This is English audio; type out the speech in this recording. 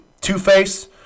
Two-Face